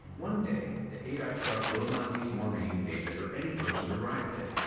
one day, the ai truck will not need maureen, david, or any person to ride with it.